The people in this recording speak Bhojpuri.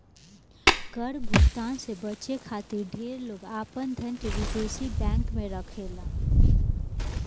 कर भुगतान से बचे खातिर ढेर लोग आपन धन के विदेशी बैंक में रखेला